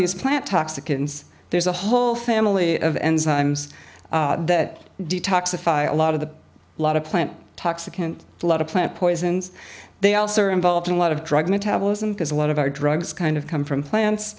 these plant toxicants there's a whole family of enzymes that detoxify a lot of the lot of plant toxic and a lot of plant poisons they also are involved in a lot of drug metabolism because a lot of our drugs kind of come from